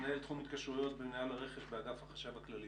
מנהל תחום התקשרויות במינהל הרכש באגף החשב הכללי,